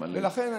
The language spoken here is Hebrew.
לכן,